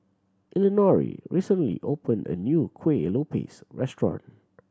Elinore recently opened a new Kuih Lopes restaurant